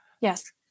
Yes